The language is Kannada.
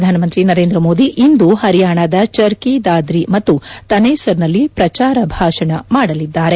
ಕ್ರಧಾನಮಂತ್ರಿ ನರೇಂದ್ರ ಮೋದಿ ಇಂದು ಪರಿಯಾಣದ ಚರ್ನಿ ದಾದ್ರಿ ಮತ್ತು ತನೇಸರ್ನಲ್ಲಿ ಪ್ರಚಾರ ಭಾಷಣ ಮಾಡಲಿದ್ದಾರೆ